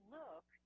look